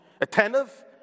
Attentive